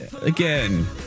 again